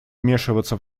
вмешиваться